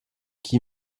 qui